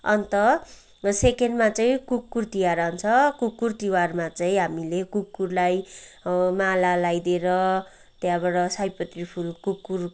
अन्त सेकेन्डमा चैँ कुकुर तिहार आउँछ कुकुर तिहारमा चाहिँ हामीले कुकुरलाई माला लाइदिएर त्यहाँबाट सयपत्री फुल कुकुर